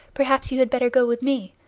perhaps you had better go with me.